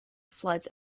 floods